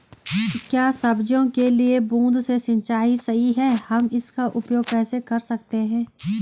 क्या सब्जियों के लिए बूँद से सिंचाई सही है हम इसका उपयोग कैसे कर सकते हैं?